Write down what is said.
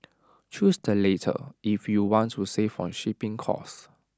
choose the latter if you want to save on shipping cost